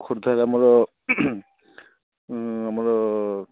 ଖୋର୍ଦ୍ଧା ଆମର ଆମର